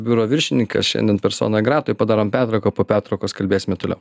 biuro viršininkas šiandien personoj gratoj padarom pertrauką po pertraukos kalbėsime toliau